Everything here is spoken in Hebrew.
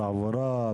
בתחבורה,